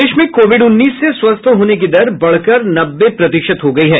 प्रदेश में कोविड उन्नीस से स्वस्थ होने की दर बढ़कर नब्बे प्रतिशत हो गयी है